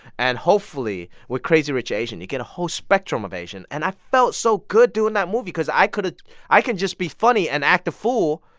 and hopefully with crazy rich asians, you get a whole spectrum of asian. and i felt so good doing that movie cause i could i can just be funny and act a fool.